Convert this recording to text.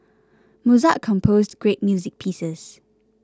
Mozart composed great music pieces